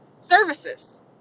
services